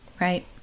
Right